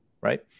right